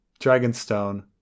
Dragonstone